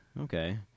Okay